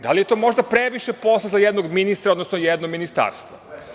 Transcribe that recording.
Da li je to možda previše posla za jednog ministra, odnosno jedno ministarstvo?